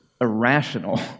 irrational